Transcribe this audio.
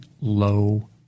low